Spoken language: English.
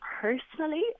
Personally